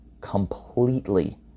completely